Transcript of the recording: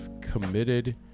Committed